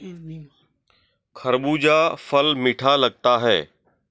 खरबूजा फल मीठा लगता है